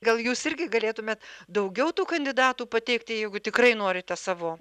gal jūs irgi galėtumėt daugiau tų kandidatų pateikti jeigu tikrai norite savo